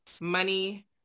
money